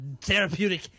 therapeutic